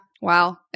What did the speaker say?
Wow